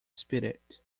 spirit